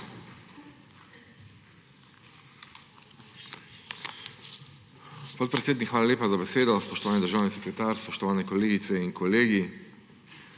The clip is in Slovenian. hvala lepa za besedo. Spoštovani državni sekretar, spoštovani kolegice in kolegi!